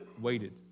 waited